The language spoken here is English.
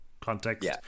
context